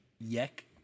Yek